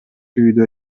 үйдө